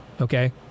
Okay